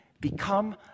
become